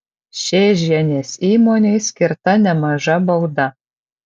šėžienės įmonei skirta nemaža bauda